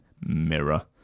mirror